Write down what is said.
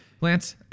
Lance